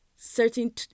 Certain